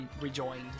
rejoined